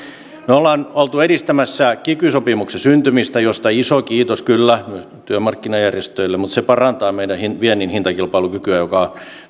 me olemme olleet edistämässä kiky sopimuksen syntymistä josta iso kiitos kyllä myös työmarkkinajärjestöille ja se parantaa meidän vientimme hintakilpailukykyä joka